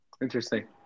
Interesting